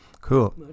cool